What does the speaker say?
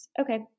Okay